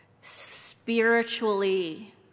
spiritually